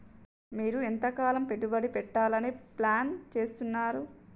మీరు ఎంతకాలం పెట్టుబడి పెట్టాలని ప్లాన్ చేస్తున్నారు?